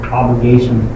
obligation